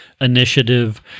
initiative